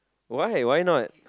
why why not